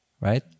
right